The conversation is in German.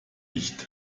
nicht